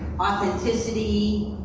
authenticity,